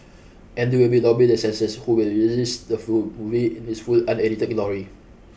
and they will lobby the censors who will release the full movie in its full unedited glory